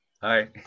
hi